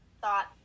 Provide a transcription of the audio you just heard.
thought